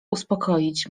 uspokoić